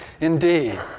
Indeed